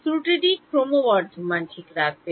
ত্রুটিটি ক্রমবর্ধমান ঠিক রাখবে